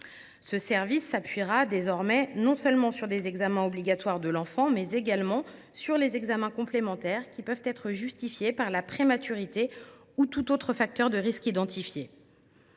Ce service s’appuiera désormais non seulement sur les examens obligatoires de l’enfant, mais également sur les examens complémentaires qui peuvent être justifiés par la prématurité ou tout autre facteur de risque identifié.